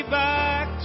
back